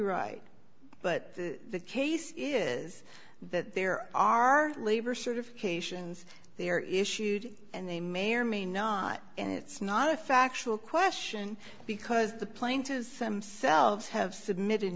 right but the case is that there are labor certifications they are issued and they may or may not and it's not a factual question because the plaintiff some selves have submitted